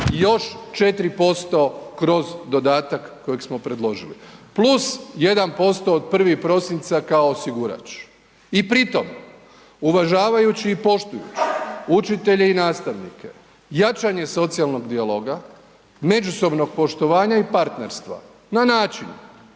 još 4% kroz dodatak kojeg smo predložili, plus 1% od 1. prosinca kao osigurač. I pri tom uvažavajući i poštujući učitelje i nastavnike, jačanje socijalnog dijaloga, međusobnog poštovanja i partnerstva na način